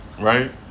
Right